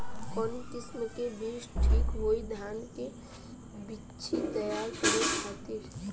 कवन किस्म के बीज ठीक होई धान के बिछी तैयार करे खातिर?